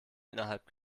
innerhalb